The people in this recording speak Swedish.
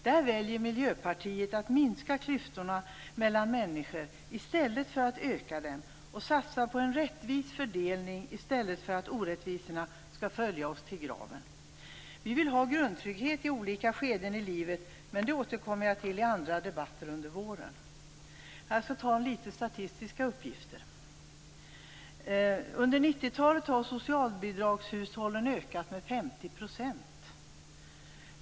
Miljöpartiet väljer att minska klyftorna mellan människor i stället för att öka dem och att satsa på en rättvis fördelning i stället för att orättvisorna skall följa oss till graven. Vi vill ha grundtrygghet i olika skeden i livet. Men det återkommer jag till i andra debatter under våren. Jag skulle vilja ta upp litet statistiska uppgifter. Under 90-talet har socialbidragshushållen ökat med 50 %.